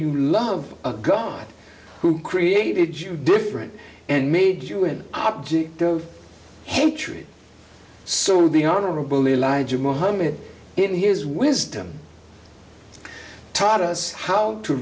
you love a god who created you different and made you an object of hatred so it would be honorable elijah mohammed in his wisdom taught us how to